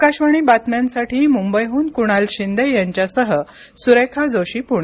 आकाशवाणी बातम्यांसाठी मुंबईहून कुणाल शिंदे यांच्यासह सुरेखा जोशी पुणे